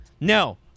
No